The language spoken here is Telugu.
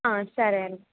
ఆ సరే అండి